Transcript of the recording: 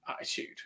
attitude